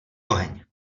oheň